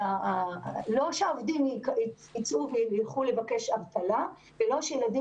לא שהעובדים יעזבו וילכו לבקש דמי אבטלה ולא שילדים